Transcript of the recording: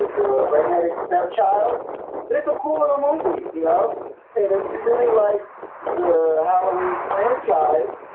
redheaded stepchild but it's a cool little movie, you know and if you really like the halloween franchise,